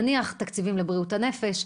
נניח בתקציבים לבריאות הנפש,